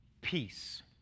peace